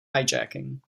hijacking